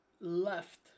Left